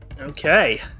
Okay